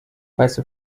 weiße